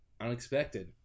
Unexpected